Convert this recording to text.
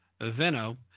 Veno